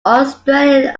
australian